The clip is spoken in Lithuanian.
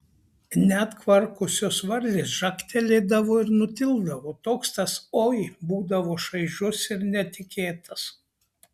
net kvarkusios varlės žagtelėdavo ir nutildavo toks tas oi būdavo šaižus ir netikėtas